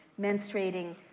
menstruating